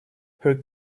her